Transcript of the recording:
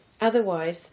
otherwise